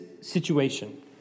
situation